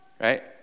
right